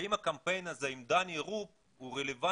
האם הקמפיין הזה עם דני רופ הוא רלוונטי